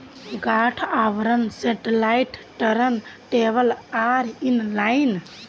गांठ आवरण satellite turn table आर इन लाइन